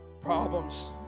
problems